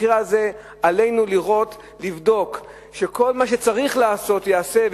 ובמקרה זה עלינו לראות ולבדוק שכל מה שצריך לעשות ייעשה,